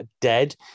dead